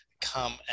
come